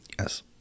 Yes